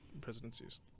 presidencies